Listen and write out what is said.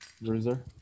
Bruiser